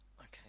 Okay